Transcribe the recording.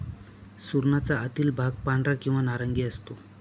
सुरणाचा आतील भाग पांढरा किंवा नारंगी असतो